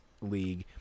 league